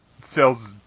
Sells